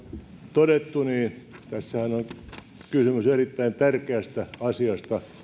todettu niin tässähän on kysymys erittäin tärkeästä asiasta